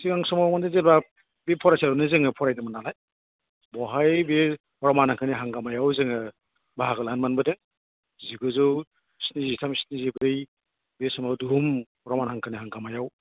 सिगां समाव माने जेब्ला बे फरायसालियावनो जोङो फरायदोंमोन नालाय बेवहाय बे रमान हांखोनि हांगामायाव जोङो बाहागो लानो मोनबोदों जिगुजौ स्निजिथाम स्निजिब्रै बे समाव दुहुम रमान हांखोनि हांगामायाव